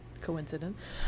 coincidence